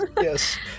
Yes